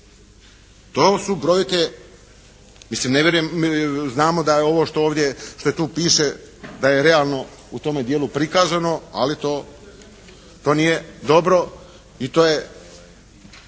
znamo da je ovo što je ovdje što tu piše da je realno u tome dijelu prikazano ali to, to nije dobro i to je,